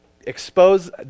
expose